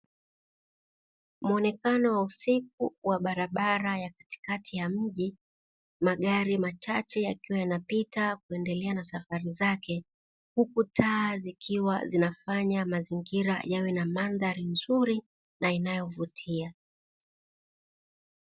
Muonekano wa usiku wa barabara ya katikati ya mji magari machache yakiwa yanapita kuendelea na safari zake, Huku taa zikiwa zinafanya mazingira yawe na mandhari nzuri na inayovutia.